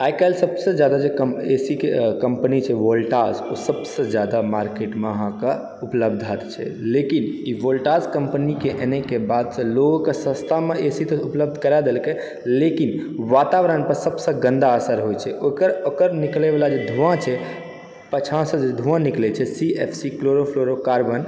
आइकाल्हि सबसँ जादा ए सी के कम्पनी छै वोल्टास ओ सबसँ जादा मार्केटमे अहाँके उपलब्ध छै लेकिन ई वोल्टास कम्पनीके अएने के बादसँ लोगो के सस्तामे ए सी तऽ उपलब्ध करा देलकै लेकिन वतवरणपर सबसँ गन्दा असरि होइत छै ओकर निकलैवला जे धुआँ छै पाछासँ जे धुआँ निकलै छै C F C chlorofluoro carbon